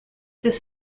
this